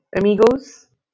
amigos